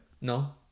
No